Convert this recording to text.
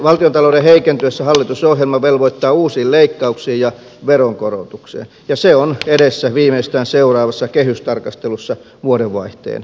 valtiontalouden heikentyessä hallitusohjelma velvoittaa uusiin leikkauksiin ja veronkorotuksiin ja se on edessä viimeistään seuraavassa kehystarkastelussa vuodenvaihteen jälkeen